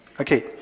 Okay